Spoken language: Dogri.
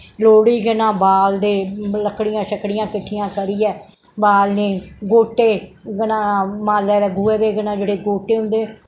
लोह्ड़ी केह् नां बालदे लकड़ियां शकडियां किट्ठियां करियै बालनी गोट्टे केह् नां माले दे गोहे दे कन्नै जेह्ड़े गोट्टे होंदे